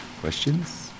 Questions